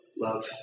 love